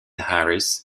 harris